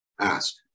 ask